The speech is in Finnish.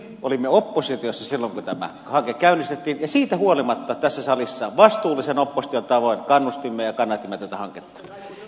olimme oppositiossa silloin kun me tämän hankkeen käynnistimme ja siitä huolimatta tässä salissa vastuullisen opposition tavoin kannustimme ja kannatimme tätä hanketta